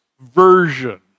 version